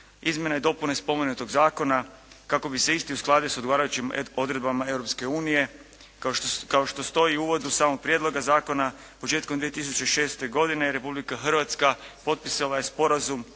izmjena i dopuna spomenutog zakona kako bi se isti uskladio sa odgovarajućim odredbama Europske unije. Kao što stoji u uvodu samog prijedloga zakona početkom 2006. godine Republika Hrvatska potpisala je Sporazum